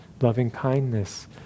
loving-kindness